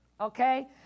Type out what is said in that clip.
Okay